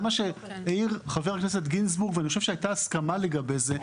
זה מה שהעיר חבר הכנסת גינזבורג ואני חושב שהייתה הסכמה לגבי זה.